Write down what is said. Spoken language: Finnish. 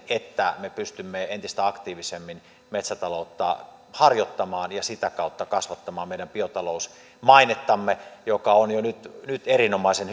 että me pystymme entistä aktiivisemmin metsätaloutta harjoittamaan ja sitä kautta kasvattamaan meidän biotalousmainettamme joka on jo nyt nyt erinomaisen